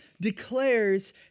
declares